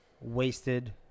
wasted